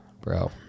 Bro